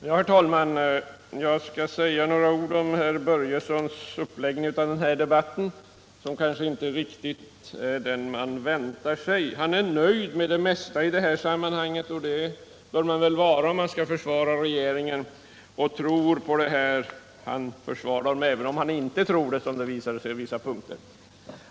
Herr talman! Fritz Börjessons uppläggning av den här debatten var kanske inte riktigt den man hade väntat sig. Han är nöjd med det mesta, och det bör man väl vara om man har att försvara regeringens ställningstagande, även om — som det visade sig — han på vissa punkter inte instämde i det.